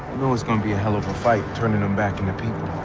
know it's going to be a hell of a fight turning them back into people.